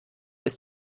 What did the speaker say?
ist